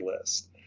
list